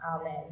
amen